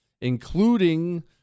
including